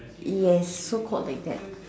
yes so called like that